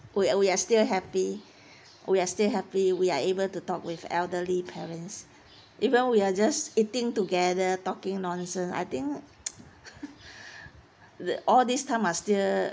we we are still happy we are still happy we are able to talk with elderly parents even we are just eating together talking nonsense I think the all this time are still